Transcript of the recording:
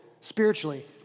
spiritually